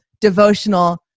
devotional